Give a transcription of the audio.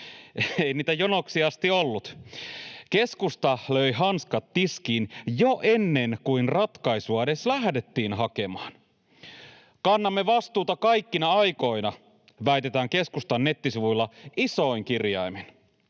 Ei niitä jonoksi asti ollut. Keskusta löi hanskat tiskiin jo ennen kuin ratkaisua edes lähdettiin hakemaan. ”Kannamme vastuuta kaikkina aikoina”, väitetään keskustan nettisivuilla isoin kirjaimin.